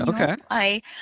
okay